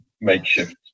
makeshift